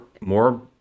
more